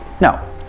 No